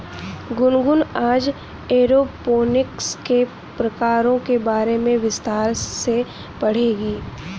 गुनगुन आज एरोपोनिक्स के प्रकारों के बारे में विस्तार से पढ़ेगी